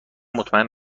مطمئن